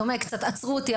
קצת עצרו אותי.